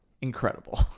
incredible